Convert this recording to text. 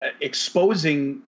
exposing